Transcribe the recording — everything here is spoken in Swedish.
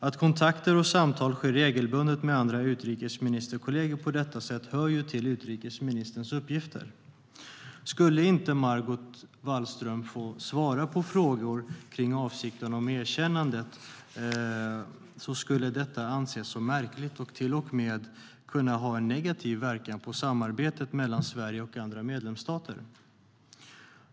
Att på detta sätt regelbundet ha kontakter och samtal med utrikesministerkollegor hör till utrikesministerns uppgifter. Skulle inte Margot Wallström få svara på frågor som den om avsikten att erkänna Palestina skulle det anses märkligt och till och med kunna ha negativ inverkan på samarbetet mellan Sverige och andra medlemsstater.